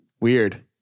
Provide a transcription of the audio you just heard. Weird